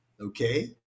okay